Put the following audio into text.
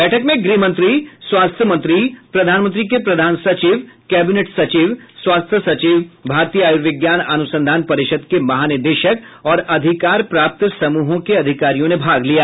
बैठक में गृहमंत्री स्वास्थ्य मंत्री प्रधानमंत्री के प्रधान सचिव कैबिनेट सचिव स्वास्थ्य सचिव भारतीय आयुर्विज्ञान अनुसंधान परिषद के महानिदेशक और अधिकार प्राप्त समूहों के अधिकारियों ने भाग लिया